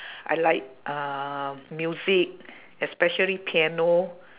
I like uh music especially piano